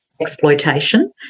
exploitation